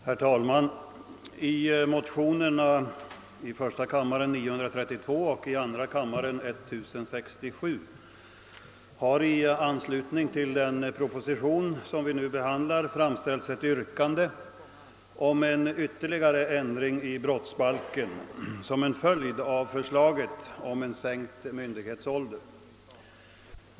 Herr talman! I motionerna I: 932 och II: 1067 har, i anslutning till den proposition vi nu behandlar, framställts ett yrkande om en ytterligare ändring i brottsbalken som en följd av förslaget om sänkt myndighetsålder.